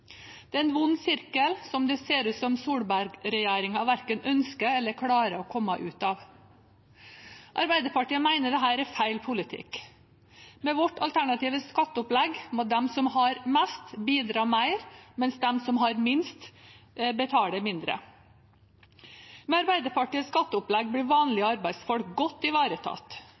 Det er en vond sirkel det ser ut som Solberg-regjeringen verken ønsker eller klarer å komme ut av. Arbeiderpartiet mener dette er feil politikk Med vårt alternative skatteopplegg må de som har mest, bidra mer, mens de som har minst, betaler mindre. Med Arbeiderpartiets skatteopplegg blir vanlige arbeidsfolk godt ivaretatt.